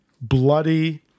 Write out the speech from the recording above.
bloody